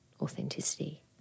authenticity